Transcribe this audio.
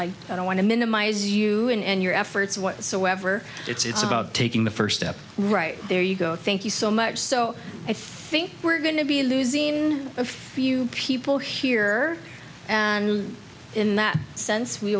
like i don't want to minimize you and your efforts whatsoever it's about taking the first step right there you go thank you so much so i think we're going to be losing a few people here and in that sense we